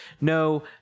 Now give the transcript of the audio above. no